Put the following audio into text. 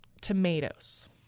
tomatoes